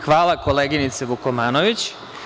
Hvala koleginice Vukomanović.